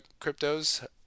cryptos